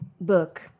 book